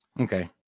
Okay